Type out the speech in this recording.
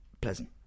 Pleasant